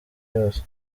yose